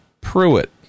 Pruitt